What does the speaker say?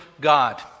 God